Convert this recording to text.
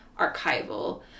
archival